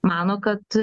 mano kad